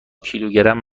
کیلوگرم